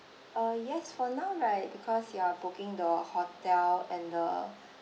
yes for now right because you are booking the hotel and the